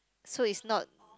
so it's not